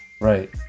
Right